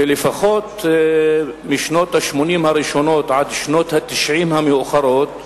ולפחות בשנות ה-80 הראשונות עד שנות ה-90 המאוחרות כיהן,